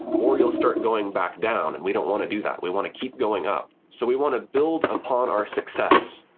or you'll start going back down, and we don't want to do that. we want to keep going up. so we want to build upon our success.